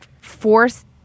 forced